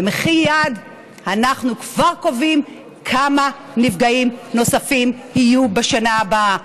במחי יד אנחנו כבר קובעים כמה נפגעים נוספים יהיו בשנה הבאה.